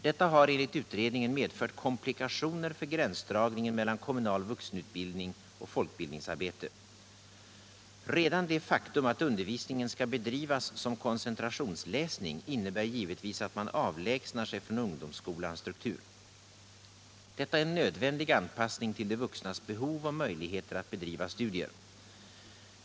Detta har enligt utredningen medfört komplikationer för gränsdragningen mellan kommunal vuxenutbildning och folkbildningsarbete. Redan det faktum att undervisningen skall bedrivas som koncentrationsläsning innebär givetvis att man avlägsnar sig från ungdomsskolans struktur. Detta är en nödvändig anpassning till de vuxnas behov och möjligheter att bedriva studier.